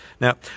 Now